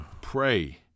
pray